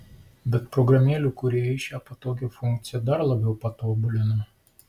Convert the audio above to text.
bet programėlių kūrėjai šią patogią funkciją dar labiau patobulino